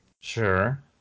sure